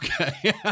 okay